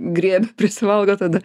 griebia prisivalgo tada